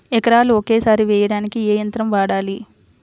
ఎకరాలు ఒకేసారి వేయడానికి ఏ యంత్రం వాడాలి?